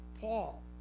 Paul